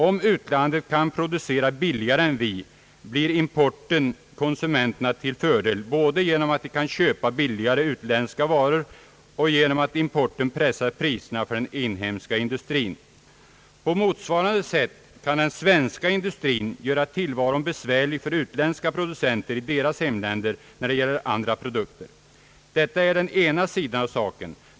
Om utlandet kan producera billigare än vi, blir importen konsumenterna till fördel både genom att de kan köpa billigare utländska varor och genom att importen pressar priserna för den inhemska industrin. På motsvarande sätt kan den svenska industrin göra tillvaron besvärlig för utländska producenter i deras hemländer när det gäller andra produkter. Detta är den ena sidan av saken.